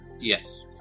Yes